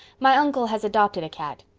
my unkle has adopted a cat.